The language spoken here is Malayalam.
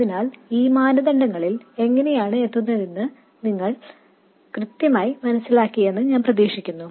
അതിനാൽ ഈ മാനദണ്ഡങ്ങളിൽ എങ്ങനെയാണ് എത്തുന്നതെന്ന് നിങ്ങൾക്ക് കൃത്യമായി മനസ്സിലായെന്ന് ഞാൻ പ്രതീക്ഷിക്കുന്നു